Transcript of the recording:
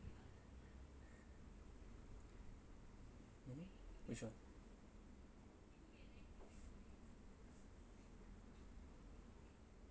mmhmm which [one]